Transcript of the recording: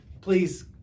Please